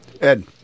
ed